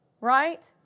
right